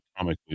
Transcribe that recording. atomically